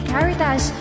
Caritas